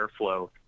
airflow